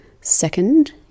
Second